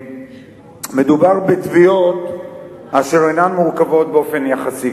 מדובר בתביעות אשר אינן מורכבות באופן יחסי,